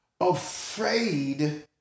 afraid